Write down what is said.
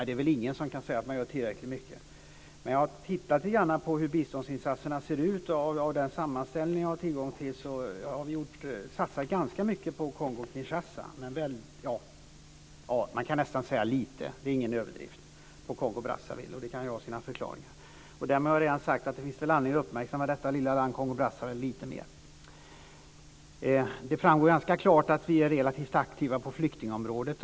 Det är väl ingen som kan säga att vi gör tillräckligt mycket. Jag har tittat lite grann på hur biståndsinsatserna ser ut. Av den sammanställning jag har tillgång till framgår det att vi har gjort ganska mycket när det gäller Kongo-Kinshasa men lite - det är ingen överdrift - på Kongo-Brazzaville. Men det kan ha sina förklaringar. Därmed har jag redan sagt att det kan finnas anledning att uppmärksamma det lilla landet Kongo-Brazzaville lite mer. Det framgår ganska klart att vi är relativt aktiva på flyktingområdet.